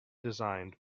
designed